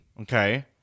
Okay